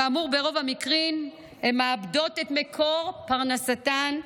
כאמור, ברוב המקרים הן מאבדות את מקור פרנסתן.